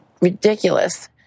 ridiculous